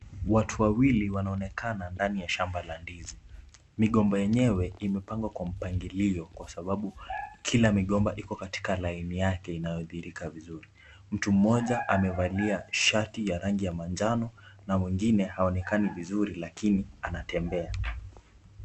Watu wawili wanaonekana ndani ya shamba la ndizi. Migomba yenyewe imepangwa kwa mpangilio kwa sababu kila migomba iko katika laini yake inayodhihirika vizuri. Mtu mmoja amevalia shati ya rangi ya manjano na mwingine haonekani vizuri lakini anatembea.